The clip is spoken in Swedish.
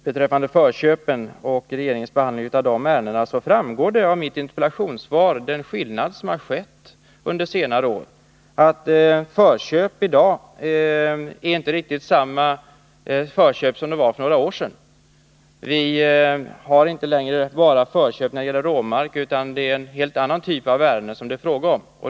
Beträffande förköpen och regeringens behandling av de ärendena vill jag säga att skillnaden gentemot föregående år framgår av mitt interpellationssvar. Förköp är inte riktigt samma sak i dag som för några år sedan. Vi har inte längre förköp bara när det gäller råmark, utan det är en helt annan typ av ärenden som det är fråga om.